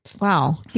Wow